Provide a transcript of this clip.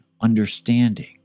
understanding